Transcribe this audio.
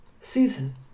Susan